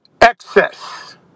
excess